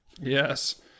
Yes